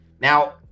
now